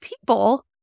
people